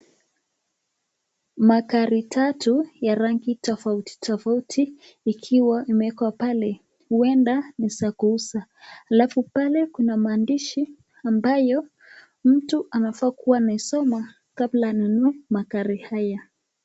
Magari tatu ya rangi tofauti tofauti, ikiwa imewekwa pale uenda ni za kuuza, alafu pale kuna maandishi ambayo mtu anafaa kusoma kabla anunuwe gari haya.